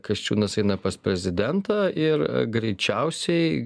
kasčiūnas eina pas prezidentą ir greičiausiai